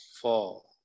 four